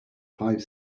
five